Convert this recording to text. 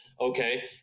okay